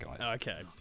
Okay